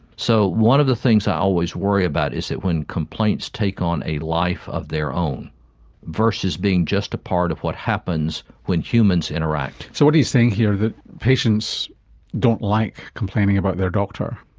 so one of the things i always worry about is that when complaints take on a life of their own versus being just a part of what happens when humans interact. so what are you saying here? that patients don't like complaining about their doctor?